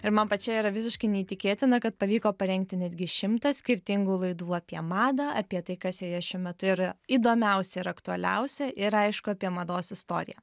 ir man pačiai yra visiškai neįtikėtina kad pavyko parengti netgi šimtą skirtingų laidų apie madą apie tai kas joje šiuo metu yra įdomiausia ir aktualiausia ir aišku apie mados istoriją